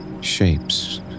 Shapes